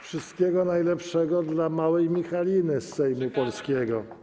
Wszystkiego najlepszego dla małej Michaliny od Sejmu polskiego.